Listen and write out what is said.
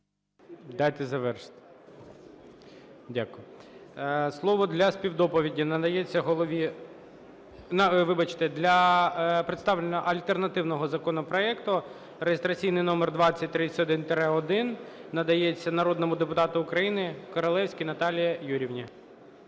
Дайте завершити. Дякую. Слово для співдоповіді надається голові... Вибачте. Для представлення альтернативного законопроекту (реєстраційний номер 2031-1) надається народному депутату України Королевській Наталії Юріївні.